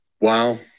Wow